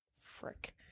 Frick